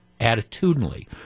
attitudinally